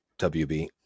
WB